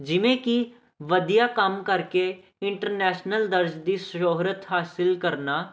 ਜਿਵੇਂ ਕਿ ਵਧੀਆ ਕੰਮ ਕਰਕੇ ਇੰਟਰਨੈਸ਼ਨਲ ਦਰਜ਼ ਦੀ ਸ਼ੋਹਰਤ ਹਾਸਲ ਕਰਨਾ